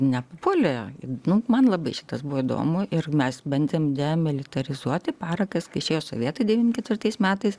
nepuolė nu man labai šitas buvo įdomu ir mes bandėm demilitarizuoti parakas kai išėjo sovietai devym ketvirtais metais